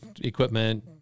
equipment